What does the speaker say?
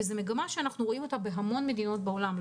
זאת מגמה שאנחנו רואים בהמון מדינות בעולם.